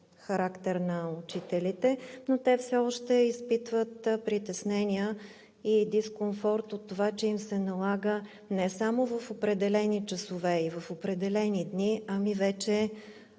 характер на учителите. Те все още изпитват притеснения и дискомфорт от това, че им се налага не само в определени часове и в определени дни, ами вече